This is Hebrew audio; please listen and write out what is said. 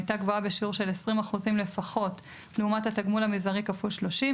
הייתה גבוהה בשיעור של 20% לפחות לעומת התגמול המזערי כפול שלושים,